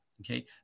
Okay